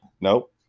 Nope